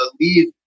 leave